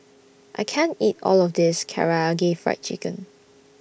I can't eat All of This Karaage Fried Chicken